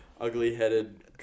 ugly-headed